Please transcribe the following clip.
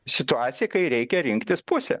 situacija kai reikia rinktis pusę